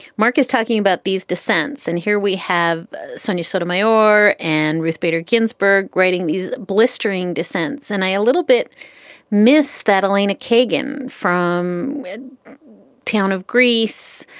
mark is talking about these dissents. and here we have sonia sotomayor and ruth bader ginsburg writing these blistering dissents. and i a little bit missed that. elena kagan from the town of greece,